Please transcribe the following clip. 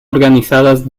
organizadas